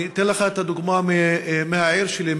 אני אתן לך דוגמה מהעיר שלי,